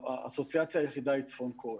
האסוציאציה היחידה היא צפון קוריאה.